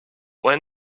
when